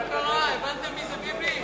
מה קרה, הבנתם מי זה ביבי?